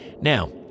Now